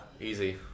Easy